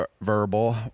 verbal